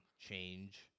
change